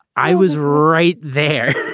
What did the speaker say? i was right there.